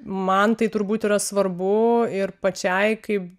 man tai turbūt yra svarbu ir pačiai kaip